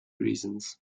reasons